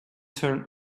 turn